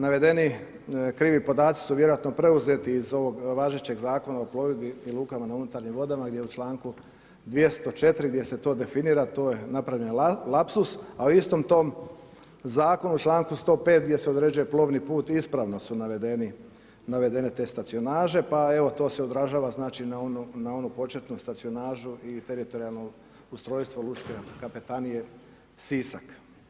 Navedeni krivi podaci su vjerojatno preuzeti iz ovog važećeg zakona o plovidbi lukama na unutarnjim vodama, gdje u čl. 204. gdje se to definira, to je napravljen lapsus, a u istom tom zakonu čl. 105. gdje se određuje plovni put ispravno su navedene te stacionaže, pa evo, to se odražava znači na onu početnu stacionažu i teritorijalno ustrojstvu lučke kapetanije Sisak.